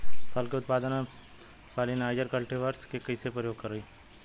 फल के उत्पादन मे पॉलिनाइजर कल्टीवर्स के कइसे प्रयोग करी?